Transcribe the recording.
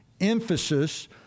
emphasis